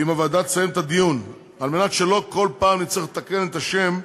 כדי שלא כל פעם נצטרך לתקן את השם,